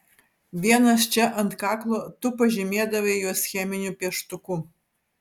vienas čia ant kaklo tu pažymėdavai juos cheminiu pieštuku